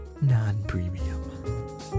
Non-premium